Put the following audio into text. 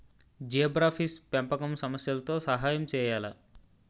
Zebrafish పెంపకం సమస్యలతో సహాయం చేయాలా?